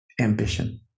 ambition